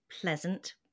pleasant